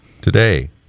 today